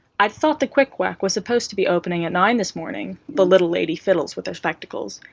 i'd thought the qwik-quack was supposed to be opening at nine this morning? the little lady fiddles with her spectacles,